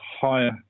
higher